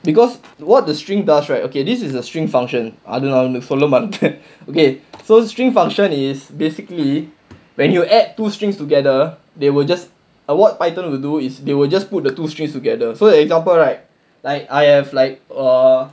because what the string bus right okay this is a string function அது நான் உனக்கு சொல்ல மறந்துட்டேன்:adha naan unakku solla maranthudaen okay so string function is basically when you add two strings together they will just what python will do is they will just put the two strings together so like example right like I have like a